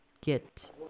get